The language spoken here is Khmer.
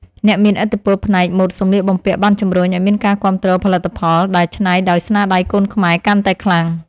អ្នកមានឥទ្ធិពលផ្នែកម៉ូដសម្លៀកបំពាក់បានជំរុញឱ្យមានការគាំទ្រផលិតផលដែលច្នៃដោយស្នាដៃកូនខ្មែរកាន់តែខ្លាំង។